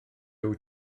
wyt